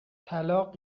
طلاق